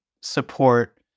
support